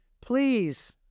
please